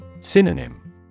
Synonym